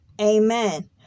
Amen